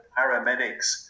paramedics